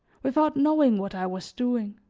without knowing what i was doing.